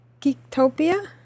Geektopia